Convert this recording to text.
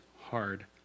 hard